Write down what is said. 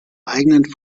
eigenen